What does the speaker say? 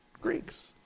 Greeks